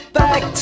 back